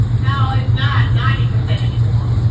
now, it's not ninety percent anymore.